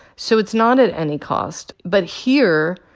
so it's not at any cost, but here,